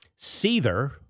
Seether